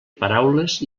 paraules